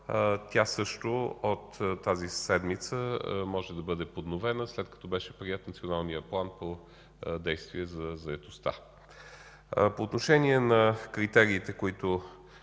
Тя също от тази седмица може да бъде подновена, след като бе приет Националният план по действия за заетостта. По отношение дали ще бъдат